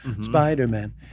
Spider-Man